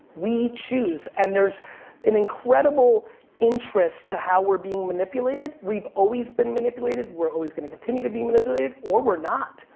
we choose. and there's an incredible interest to how we're being manipulated. we've always been manipulated. we're always gonna continue to be manipulated or we're not,